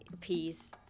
piece